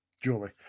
Julie